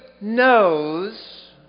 knows